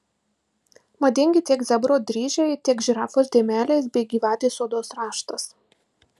madingi tiek zebro dryžiai tiek žirafos dėmelės bei gyvatės odos raštas